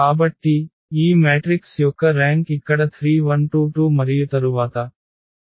కాబట్టి ఈ మ్యాట్రిక్స్ యొక్క ర్యాంక్ ఇక్కడ 3 0 2 2 మరియు తరువాత